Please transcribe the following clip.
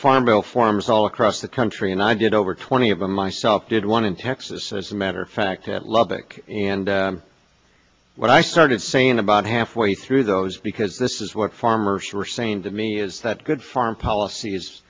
farm bill forums all across the country and i did over twenty of them myself did one in texas as a matter of fact at lubbock and what i started saying about halfway through those because this is what farmers were saying to me is that good farm policy is